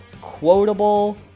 quotable